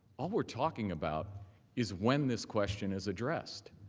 all we are talking about is when this question is addressed.